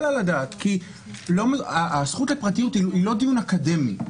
על הדעת כי הזכות לפרטיות היא לא דיון אקדמי.